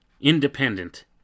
Independent